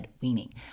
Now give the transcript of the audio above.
weaning